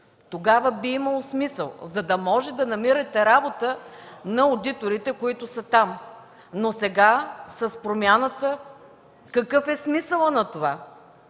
Тогава би имало смисъл, за да може да намирате работа на одиторите, които са там, но сега с промяната – какъв е смисълът на това?